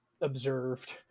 observed